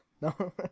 No